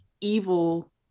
evil